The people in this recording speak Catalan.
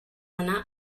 anar